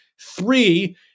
Three